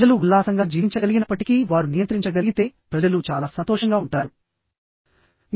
ప్రజలు ఉల్లాసంగా జీవించగలిగినప్పటికీ వారు నియంత్రించగలిగితే ప్రజలు చాలా సంతోషంగా ఉంటారు